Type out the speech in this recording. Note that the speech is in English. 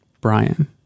Brian